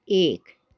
एक